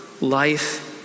life